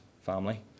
family